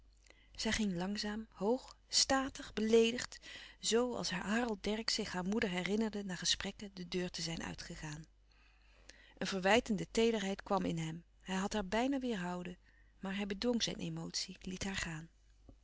zij ging langzaam hoog statig beleedigd zoo als harold dercksz zich haar moeder herinnerde na gesprekken de deur te zijn uitgegaan een verwijtende teederheid kwam in hem hij had haar bijna weêrhouden maar hij bedwong zijn emotie liet haar gaan